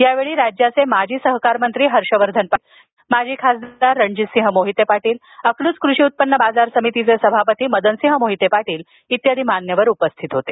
यावेळी राज्याचे माजी सहकारमंत्री हर्षवर्धन पाटील माजी खासदार रणजितसिंह मोहिते पाटील अकलुज कृषि ऊत्पन्न बाजार समितीचे सभापती मदनसिंह मोहिते पाटील उपस्थित होते